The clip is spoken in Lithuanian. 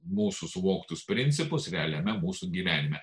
mūsų suvoktus principus realiame mūsų gyvenime